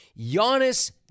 Giannis